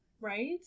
Right